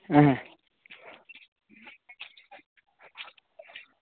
अं